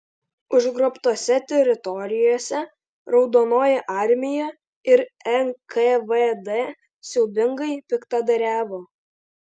užgrobtose teritorijose raudonoji armija ir nkvd siaubingai piktadariavo